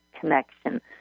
connection